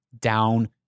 down